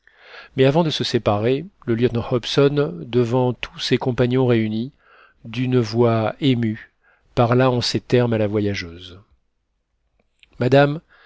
mais avant de se séparer le lieutenant hobson devant tous ses compagnons réunis d'une voix émue parla en ces termes à la voyageuse madame